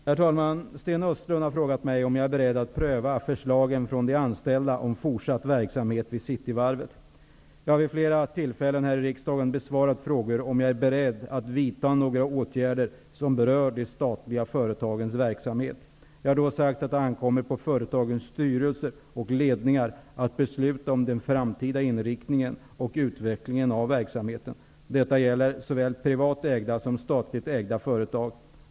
Herr talman! Sten Östlund har frågat mig om jag är beredd att pröva förslagen från de anställda om fortsatt verksamhet vid Cityvarvet. Jag har vid flera tillfällen här i riksdagen besvarat frågor om huruvida jag är beredd att vidta några åtgärder som berör de statliga företagens verksamhet. Jag har då sagt att det ankommer på företagens styrelser och ledningar att besluta om den framtida inriktningen och utvecklingen av verksamheten. Detta gäller såväl privat ägda som statligt ägda företag.